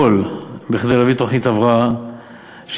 יעשו הכול כדי להביא תוכנית הבראה שתעמיד